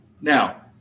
Now